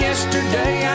Yesterday